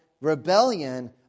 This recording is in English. rebellion